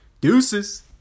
Deuces